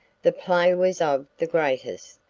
the play was of the greatest,